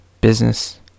Business